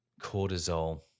cortisol